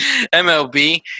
MLB